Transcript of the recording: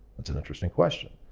that's an interesting question.